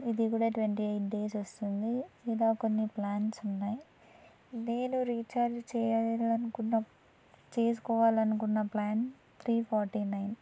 ఇది కూడా twenty eight days వస్తుంది ఇలా కొన్ని ప్లాన్స్ ఉన్నాయి నేను రీఛార్జ్ చేయాలి అనుకున్న చేసుకోవాలి అనుకున్న ప్లాన్ త్రీ ఫార్టీ నైన్